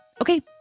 Okay